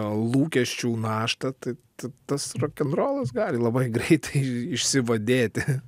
lūkesčių naštą tai tas rokenrolas gali labai greitai išsivadėti